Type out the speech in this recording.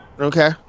Okay